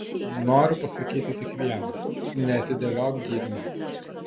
noriu pasakyti tik viena neatidėliok gydymo